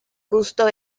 gusto